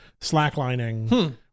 slacklining